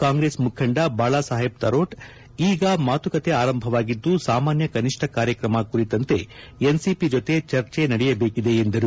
ಕಾಂಗ್ರೆಸ್ ಮುಖಂಡ ಬಾಳಾಸಾಹೇಬ್ ತರೋಟ್ ಈಗ ಮಾತುಕತೆ ಆರಂಭವಾಗಿದ್ದು ಸಾಮಾನ್ಯ ಕನಿಷ್ಣ ಕಾರ್ಯಕ್ರಮ ಕುರಿತಂತೆ ಎನ್ಸಿಪಿ ಜೊತೆ ಚರ್ಚೆ ನಡೆಯಬೇಕಿದೆ ಎಂದರು